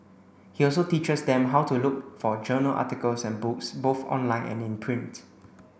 he also teaches them how to look for journal articles and books both online and in print